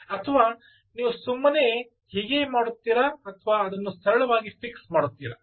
ಅಥವಾ ನೀವು ಸುಮ್ಮನೆ ಮಾಡುತ್ತೀರಾ ಅಥವಾ ನೀವು ಅದನ್ನು ಸರಳವಾಗಿ ಫಿಕ್ಸ್ ಮಾಡುತ್ತೀರಾ